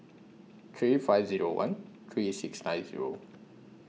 three five Zero one three six nine Zero